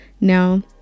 Now